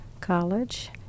college